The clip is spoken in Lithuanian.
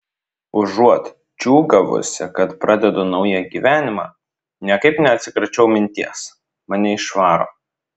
užuot džiūgavusi kad pradedu naują gyvenimą niekaip neatsikračiau minties mane išvaro